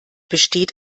besteht